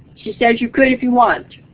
she says you could if you want.